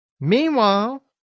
Meanwhile